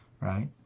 right